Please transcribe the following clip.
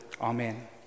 Amen